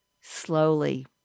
slowly